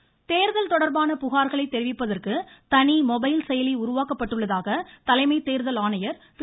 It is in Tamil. ராவத் தேர்தல் தொடர்பான புகார்களை தெரிவிப்பதற்கு தனி மொபைல் செயலி உருவாக்கப்பட்டுள்ளதாக தேர்தல் ஆணையர் தலைமை திரு